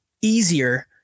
easier